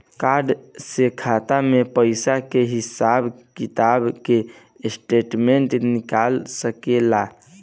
Card से खाता के पइसा के हिसाब किताब के स्टेटमेंट निकल सकेलऽ?